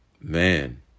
Man